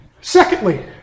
Secondly